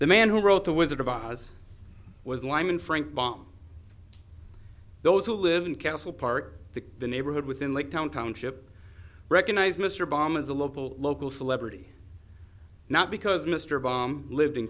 the man who wrote the wizard of oz was lyman frank bomb those who live in castle part of the neighborhood within like town township recognize mr obama as a local local celebrity not because mr bomb lived in